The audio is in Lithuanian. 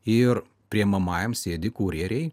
ir priimamajam sėdi kurjeriai